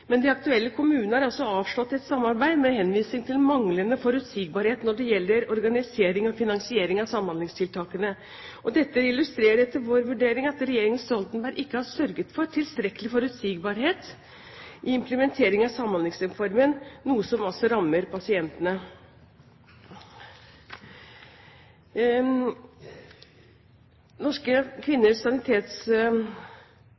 Men de aktuelle kommunene har altså avslått et samarbeid, med henvisning til manglende forutsigbarhet når det gjelder organisering og finansiering av samhandlingstiltakene. Dette illustrerer etter vår vurdering at regjeringen Stoltenberg ikke har sørget for tilstrekkelig forutsigbarhet i implementeringen av Samhandlingsreformen, noe som altså rammer pasientene. Norske